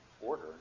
order